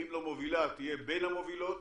אם לא מובילה תהיה בין המובילות,